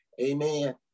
Amen